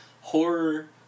horror